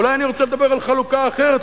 ואולי אני רוצה לדבר על חלוקה אחרת,